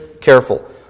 careful